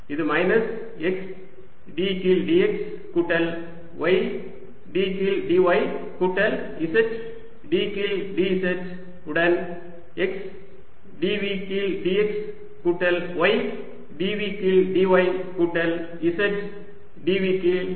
இது minus x d கீழ் dx கூட்டல் y d கீழ் dy கூட்டல் z d கீழ் dz உடன் x dV கீழ் dx கூட்டல் y dV கீழ் dy கூட்டல் z dV கீழ் dz